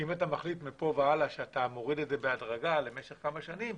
שאם אתה מחליט מפה והלאה שאתה מוריד את זה בהדרגה למשך כמה שנים,